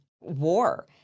war